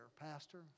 Pastor